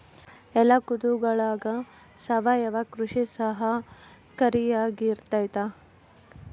ಎಲ್ಲ ಋತುಗಳಗ ಸಾವಯವ ಕೃಷಿ ಸಹಕಾರಿಯಾಗಿರ್ತೈತಾ?